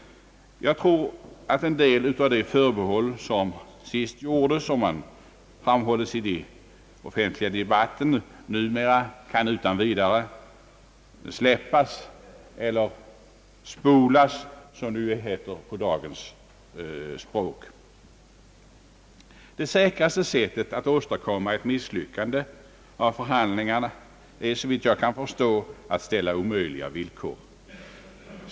Jag tror att en del av de onödiga förbehåll, som förra gången gjordes och som ofta ventilerats i den offentliga debatten, numera utan vidare kan släppas — eller »spolas«, som det heter på dagens språk. Det säkraste sättet att åstadkomma ett misslyckande av förhandlingarna är, såvitt jag förstår, att ställa omöjliga villkor.